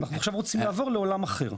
עכשיו רוצים לעבור לעולם אחר.